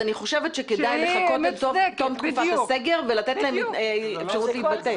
אני חושבת שכדאי לחכות עד תום תקופת הסגר ולתת להם אפשרות להתבטא.